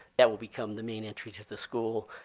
that will become the main entry to the school.